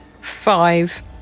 five